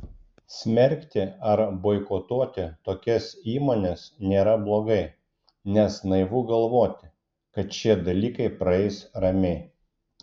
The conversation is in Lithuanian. smerkti ar boikotuoti tokias įmones nėra blogai nes naivu galvoti kad šie dalykai praeis ramiai